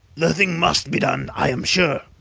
the thing must be done, i am sure.